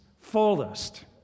fullest